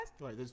Right